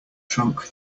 trunk